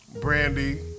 Brandy